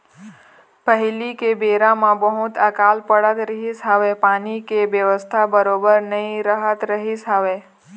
पहिली के बेरा म बहुत अकाल पड़त रहिस हवय पानी के बेवस्था बरोबर नइ रहत रहिस हवय